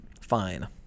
fine